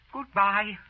Goodbye